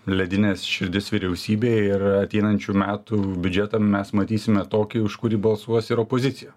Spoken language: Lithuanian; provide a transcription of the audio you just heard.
ledines širdis vyriausybėj ir ateinančių metų biudžetą mes matysime tokį už kurį balsuos ir opozicija